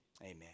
Amen